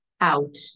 out